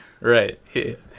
Right